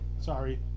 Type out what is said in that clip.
Sorry